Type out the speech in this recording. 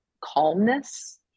calmness